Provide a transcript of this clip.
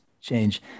change